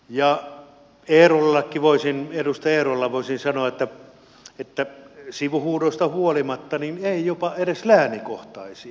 ja edustaja eerolalle voisin sanoa sivuhuudoista huolimatta että ei jopa edes läänikohtaisia